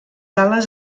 ales